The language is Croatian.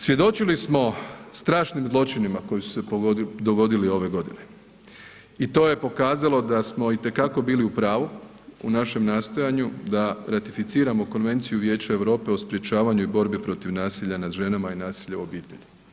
Svjedočili smo strašnim zločinima koji su se dogodili ove godine i to je pokazalo da smo itekako bili u pravu u našem nastojanju da ratificiramo Konvenciju Vijeća Europe o sprječavanju i borbi protiv nasilja nad ženama i nasilja u obitelji.